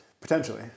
Potentially